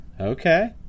Okay